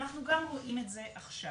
ואנחנו גם רואים את זה עכשיו.